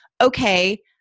okay